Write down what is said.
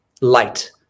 light